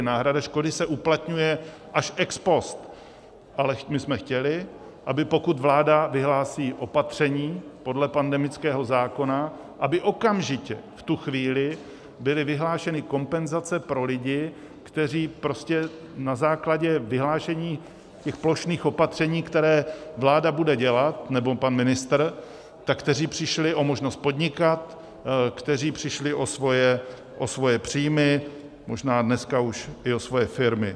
Náhrada škody se uplatňuje až ex post, ale my jsme chtěli, pokud vláda vyhlásí opatření podle pandemického zákona, aby okamžitě, v tu chvíli, byly vyhlášeny kompenzace pro lidi, kteří prostě na základě vyhlášení těch plošných opatření, která vláda bude dělat, nebo pan ministr, kteří přišli o možnost podnikat, kteří přišli o svoje příjmy, možná dneska už i o svoje firmy.